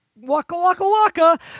Waka-waka-waka